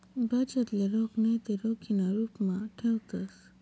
बचतले रोख नैते रोखीना रुपमा ठेवतंस